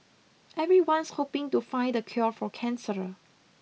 everyone's hoping to find the cure for cancer